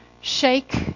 shake